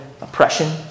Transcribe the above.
oppression